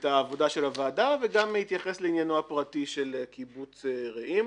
את העבודה של הוועדה וגם התייחס לעניינו הפרטי של קיבוץ רעים.